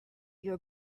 your